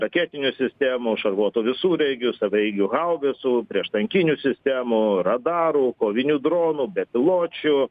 raketinių sistemų šarvuotų visureigių savaeigių haubicų prieštankinių sistemų radarų kovinių dronų bepiločių